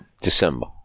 December